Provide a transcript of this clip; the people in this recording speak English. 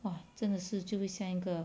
!wah! 真的是就会像一个